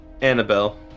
Annabelle